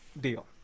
Deal